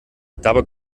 dabei